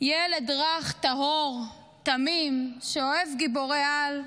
ילד רך, טהור ותמים, שאוהב גיבורי-על,